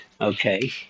Okay